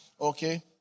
Okay